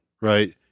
right